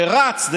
שרץ,